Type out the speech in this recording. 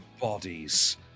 bodies